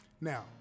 now